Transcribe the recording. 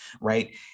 right